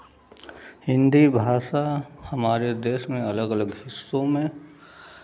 हिन्दी भाषा हमारे देश में अलग अलग हिस्सों में